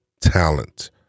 talent